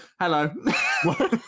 Hello